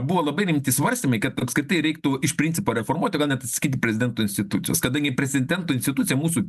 buvo labai rimti svarstymai kad apskritai reiktų iš principo reformuoti gal net atsisakyti prezidento institucijos kadangi prezidento institucija mūsų